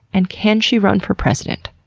and can she run for president?